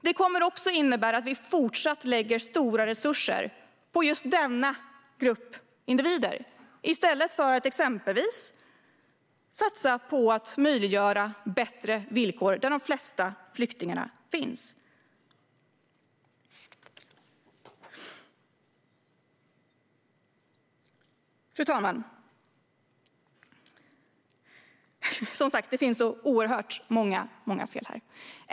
Det kommer också att innebära att vi fortsatt lägger stora resurser på just denna grupp individer i stället för att exempelvis satsa på att möjliggöra bättre villkor där de flesta flyktingarna finns. Fru talman! Som sagt: Det finns oerhört många fel här.